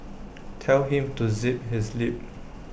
tell him to zip his lip